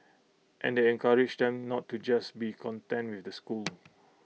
and encourage them not to just be content with the school